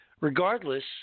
Regardless